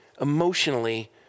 emotionally